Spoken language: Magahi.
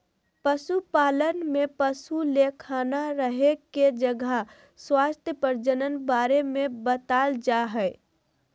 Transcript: पशुपालन में पशु ले खाना रहे के जगह स्वास्थ्य प्रजनन बारे में बताल जाय हइ